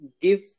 give